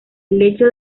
lecho